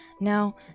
Now